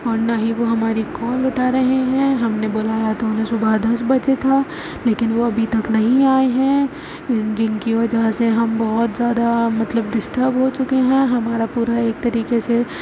اور نہ ہی وہ ہماری کال اٹھا رہے ہیں ہم نے بلایا تو انہیں صبح دس بجے تھا لیکن وہ ابھی تک نہیں آئے ہیں جن کی وجہ سے ہم بہت زیادہ مطلب ڈسٹرب ہو چکے ہیں ہمارا پورا ایک طریقے سے